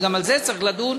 גם על זה צריך לדון,